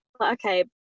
Okay